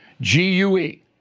G-U-E